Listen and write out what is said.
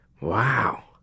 Wow